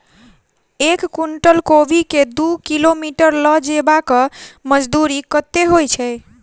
एक कुनटल कोबी केँ दु किलोमीटर लऽ जेबाक मजदूरी कत्ते होइ छै?